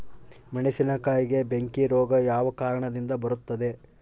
ಮೆಣಸಿನಕಾಯಿಗೆ ಬೆಂಕಿ ರೋಗ ಯಾವ ಕಾರಣದಿಂದ ಬರುತ್ತದೆ?